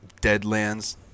deadlands